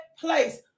place